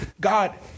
God